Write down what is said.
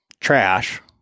trash